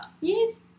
Yes